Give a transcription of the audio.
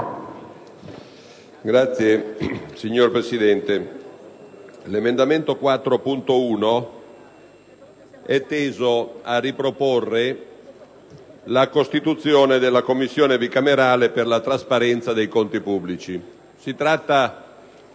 *(PD)*. Signor Presidente, l'emendamento 4.1 è teso a riproporre la costituzione della Commissione bicamerale per la trasparenza dei conti pubblici. Si tratta